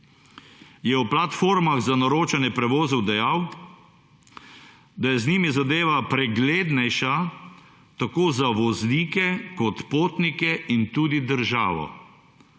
je o platformah za naročanje prevozov dejal, da je z njimi zadeva preglednejša tako za voznike kot potnike in tudi državo.